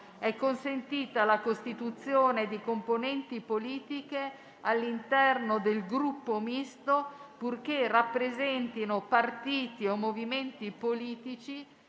è consentita la costituzione di componenti politiche all'interno del Gruppo Misto purché rappresentino partiti o movimenti politici